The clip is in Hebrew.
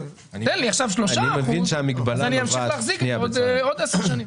תן לי עכשיו שלושה אחוזים ואני אמשיך להחזיק את הדירה עוד עשר שנים.